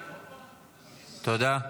תודה.